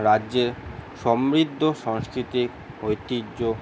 রাজ্যের সমৃদ্ধ সাংস্কৃতিক ঐতিহ্য